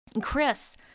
Chris